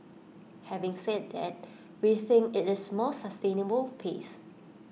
having said that we think IT is A more sustainable pace